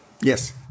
Yes